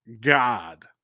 God